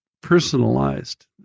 personalized